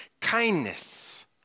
kindness